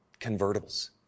convertibles